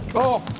oh,